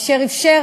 אשר אפשר